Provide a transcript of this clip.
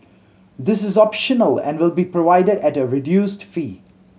this is optional and will be provided at a reduced fee